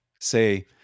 Say